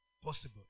Possible